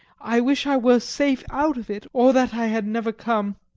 i wish i were safe out of it, or that i had never come.